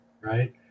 right